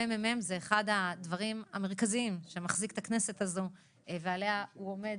הממ"מ הוא אחד הדברים המרכזיים שמחזיקים את הכנסת הזו ועליו היא עומדת,